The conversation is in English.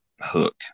hook